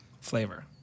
flavor